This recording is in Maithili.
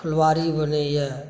फूलबाड़ी बनै यऽ